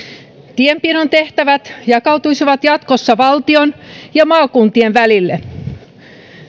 tienpidon tehtävät jakautuisivat jatkossa valtion ja maakuntien välille